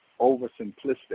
oversimplistic